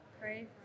pray